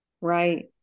Right